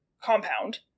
compound